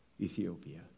Ethiopia